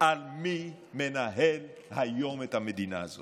מי מאיתנו פילל